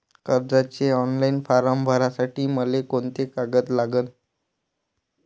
कर्जाचे online form भरासाठी मले कोंते कागद लागन?